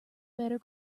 better